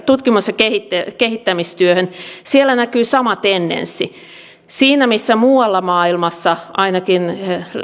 tutkimus ja kehittämistyöhön siellä näkyy sama tendenssi siinä missä muualla maailmassa ainakin